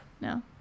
no